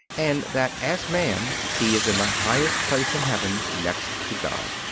and that as man he is in the highest place in heaven next to god.